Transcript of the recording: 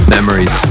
Memories